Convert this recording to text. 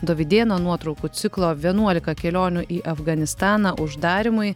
dovydėno nuotraukų ciklo vienuolika kelionių į afganistaną uždarymui